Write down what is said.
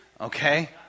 Okay